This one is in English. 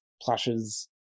plushes